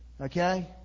Okay